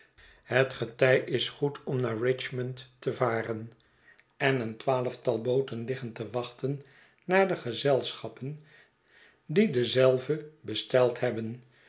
het getij is goed om naar richmond te varen en een twaalftal booten liggen te wachten naar de gezelschappen die dezelve besteld hebben